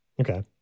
Okay